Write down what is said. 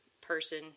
person